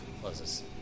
closes